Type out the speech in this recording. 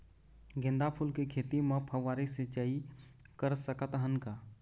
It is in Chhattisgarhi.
गेंदा फूल के खेती म फव्वारा सिचाई कर सकत हन का?